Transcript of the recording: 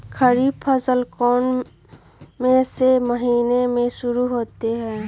खरीफ फसल कौन में से महीने से शुरू होता है?